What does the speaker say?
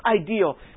ideal